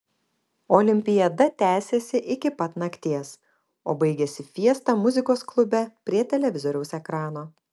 olimpiada tęsėsi iki pat nakties o baigėsi fiesta muzikos klube prie televizoriaus ekrano